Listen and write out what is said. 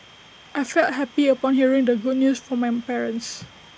I felt happy upon hearing the good news from my parents